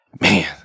man